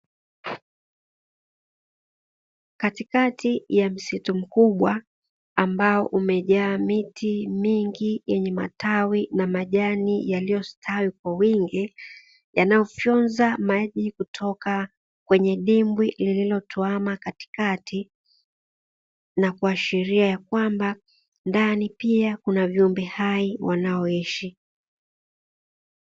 Katikati ya msitu mkubwa ambao umejaa miti mingi yenye matawi na majani yaliyo stawi kwa wingi yanayo fyonza maji kutoka kwenye dimbwi lililo twama katikati, na kuashiria ya kwamba ndani pia kuna viumbe hai wanao ishi.